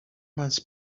months